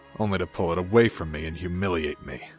only to pull it away from me and humiliate me.